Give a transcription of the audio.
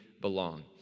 belong